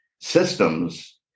systems